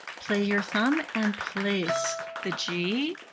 play your thumb and place the g,